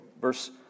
Verse